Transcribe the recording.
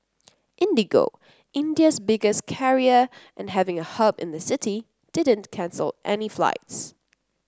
IndiGo India's biggest carrier and having a hub in the city didn't cancel any flights